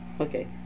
Okay